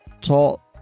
tall